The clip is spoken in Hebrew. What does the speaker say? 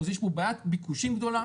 יש פה בעיית ביקושים גדולה